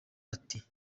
ati